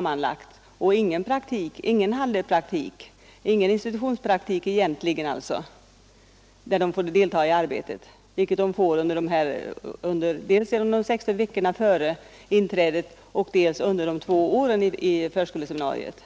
Dessa elever har inte fått någon handledd praktik, dvs. någon egentlig institutionspraktik där de deltagit i arbetet. Så sker däremot i den hittillsvarande tvååriga utbildningen, dels genom de 16 veckorna före inträdet, dels under de två åren i förskoleseminariet.